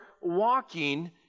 walking